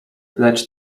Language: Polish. lecz